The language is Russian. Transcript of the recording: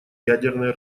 ядерное